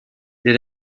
did